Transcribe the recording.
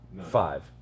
Five